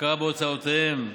הכרה בהוצאותיהם,